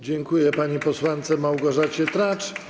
Dziękuję pani posłance Małgorzacie Tracz.